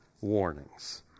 warnings